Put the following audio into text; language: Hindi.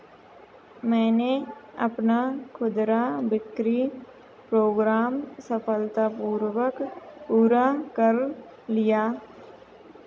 मैंने अपना खुदरा बिक्री प्रोग्राम सफलतापूर्वक पूरा कर लिया